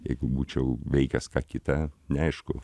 jeigu būčiau veikęs ką kita neaišku